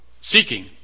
Seeking